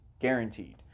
guaranteed